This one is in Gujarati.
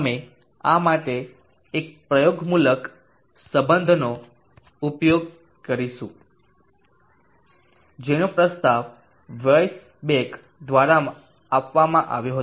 અમે આ માટે એક પ્રયોગમૂલક સંબંધનો ઉપયોગ કરીશું જેનો પ્રસ્તાવ વેઈસબેક દ્વારા આપવામાં આવ્યો હતો